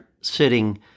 sitting